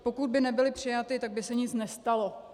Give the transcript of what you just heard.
Pokud by nebyly přijaty, tak by se nic nestalo.